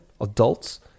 adults